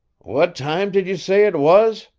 what time did you say it was